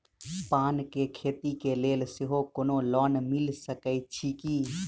पान केँ खेती केँ लेल सेहो कोनो लोन मिल सकै छी की?